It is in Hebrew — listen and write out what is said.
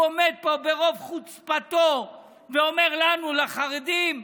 הוא עומד פה ברוב חוצפתו ואומר לנו, לחרדים,